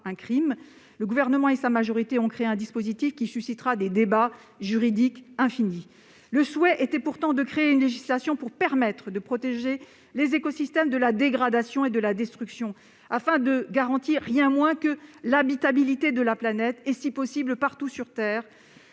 un crime, le Gouvernement et sa majorité ont créé un dispositif qui suscitera des débats juridiques sans fin. Le souhait de la Convention citoyenne pour le climat était pourtant de légiférer pour permettre de protéger les écosystèmes de la dégradation et de la destruction, afin de ne garantir rien moins que l'habitabilité de la planète et, si possible, partout sur Terre,